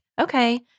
okay